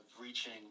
reaching